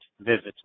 visits